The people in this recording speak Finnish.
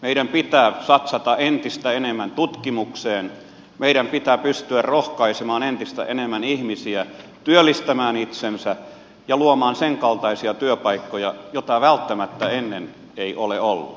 meidän pitää satsata entistä enemmän tutkimukseen meidän pitää pystyä rohkaisemaan entistä enemmän ihmisiä työllistämään itsensä ja luomaan sen kaltaisia työpaikkoja joita välttämättä ennen ei ole ollut